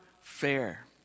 fair